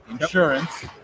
Insurance